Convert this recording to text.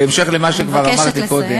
בהמשך למה שכבר אמרתי קודם,